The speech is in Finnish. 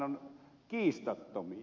ovat kiistattomia